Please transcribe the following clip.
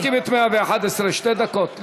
ומנמקים את 111. שתי דקות לרשותך.